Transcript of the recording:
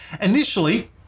Initially